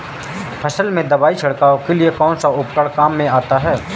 फसल में दवाई छिड़काव के लिए कौनसा उपकरण काम में आता है?